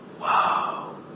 Wow